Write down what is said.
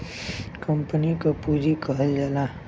company क पुँजी कहल जाला